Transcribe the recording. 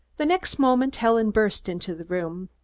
the next moment helen burst into the room.